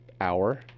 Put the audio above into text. hour